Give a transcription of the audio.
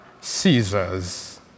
Caesar's